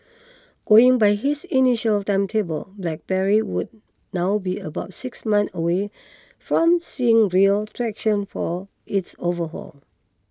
going by his initial timetable BlackBerry would now be about six month away from seeing real traction for its overhaul